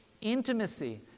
intimacy